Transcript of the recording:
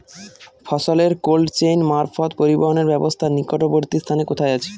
ফসলের cold chain মারফত পরিবহনের ব্যাবস্থা নিকটবর্তী স্থানে কোথায় আছে?